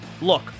Look